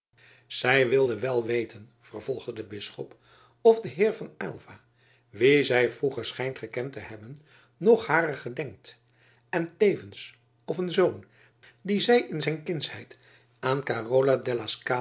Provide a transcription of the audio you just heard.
zij wilde wel weten vervolgde de bisschop of de heer van aylva wien zij vroeger schijnt gekend te hebben nog harer gedenkt en tevens of een zoon dien zij in zijn kindsheid aan carlo della